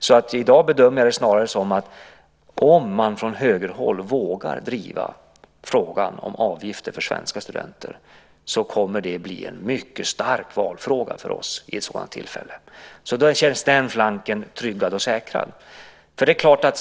I dag bedömer jag det därför snarare som att om man från högerhåll vågar driva frågan om avgifter för svenska studenter kommer det att bli en mycket stark valfråga för oss. Då känns den flanken tryggad och säkrad.